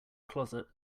closet